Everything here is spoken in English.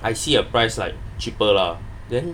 I see a price like cheaper lah then